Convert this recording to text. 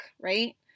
right